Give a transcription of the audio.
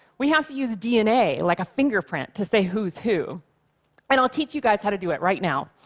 we have to use dna, like a fingerprint, to say who is who. and i'll teach you guys how to do it right now.